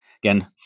again